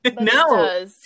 No